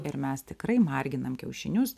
ir mes tikrai marginam kiaušinius